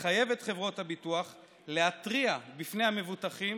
לחייב את חברות הביטוח להתריע בפני המבוטחים